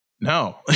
No